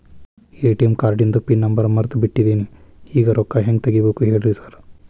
ATM ಕಾರ್ಡಿಂದು PIN number ಮರ್ತ್ ಬಿಟ್ಟಿದೇನಿ ಈಗ ರೊಕ್ಕಾ ಹೆಂಗ್ ತೆಗೆಬೇಕು ಹೇಳ್ರಿ ಸಾರ್